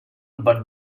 but